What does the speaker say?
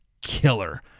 Killer